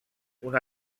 una